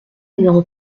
numéro